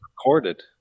recorded